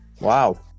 Wow